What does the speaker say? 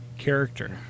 Character